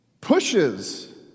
pushes